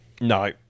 No